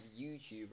YouTuber